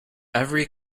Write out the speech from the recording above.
every